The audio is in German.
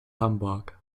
hamburg